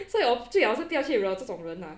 so ya 我最好是不要去惹这种人 lah